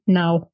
now